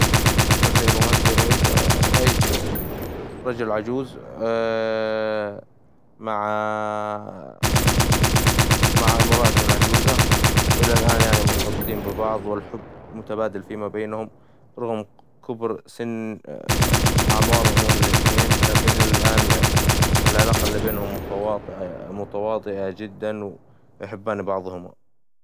أكثر شيء رومانسي رأيت، رأيت رجل عجوز مع مع مراته العجوزة إلى الآن مرتبطين ببعظ، والحب متبادل فيما بينهم رغم كبر سن أعمارهم هم الاثنين، لكن إلى الآن العلاقات بينهم متواطئة جداً ويحبان بعظهم.